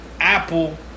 Apple